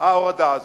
ההורדה הזאת.